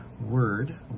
word